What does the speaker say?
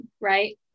right